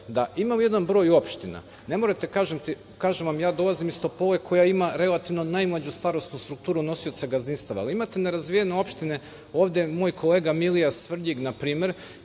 da imamo jedan broj opština, ne morate kažem vam, ja kažem vam dolazim koja ima relativno najmlađu starosnu strukturu nosioca gazdinstava, ali imate nerazvijene opštine, ovde je moj kolega Milija, Svrljig npr.